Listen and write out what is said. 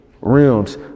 realms